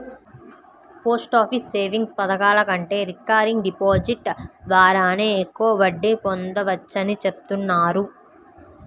post office savings పథకాల కంటే recurring deposit ద్వారానే ఎక్కువ వడ్డీ పొందవచ్చని చెబుతున్నారు